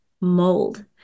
mold